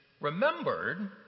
remembered